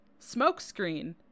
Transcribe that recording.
smokescreen